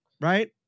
right